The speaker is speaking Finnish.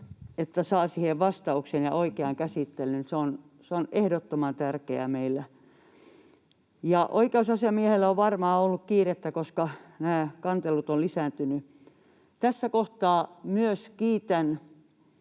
että saa siihen vastauksen ja oikean käsittelyn. Se on ehdottoman tärkeää meillä. Oikeusasiamiehellä on varmaan ollut kiirettä, koska kantelut ovat lisääntyneet. Tässä kohtaa myös kiitän